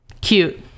Cute